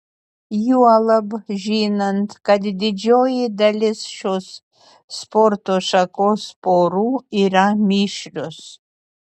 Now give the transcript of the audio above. juolab žinant kad didžioji dalis šios sporto šakos porų yra mišrios